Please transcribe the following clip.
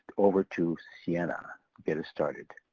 over to sienna. get it started,